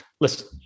listen